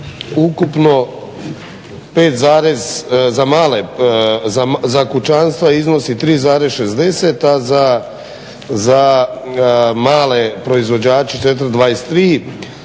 ukupno za kućanstva iznosi 3,60, a za male proizvođače 4,23,